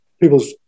people's